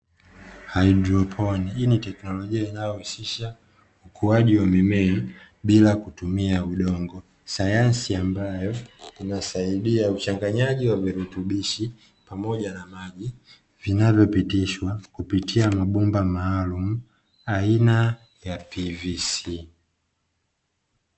Hydroponi hii ni tekinolojia, inayohusisha ukuzaji wa mimea bila kutumia udongo sayansi, ambayo inahusisha uchanganyaji wa vilutubishi, pamoja na maji vinavyopitishwa kupitia mabomba maalumu aina ya "PVC".